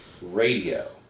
radio